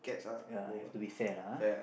ya have to be fair lah ah